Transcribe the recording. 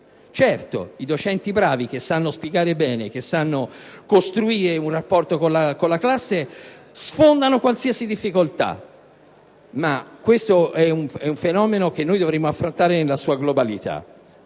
Certo, i docenti bravi che sanno spiegare bene e costruire un rapporto con la classe abbattono qualsiasi difficoltà, ma questo è un fenomeno che dovremmo affrontare nella sua globalità.